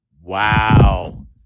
Wow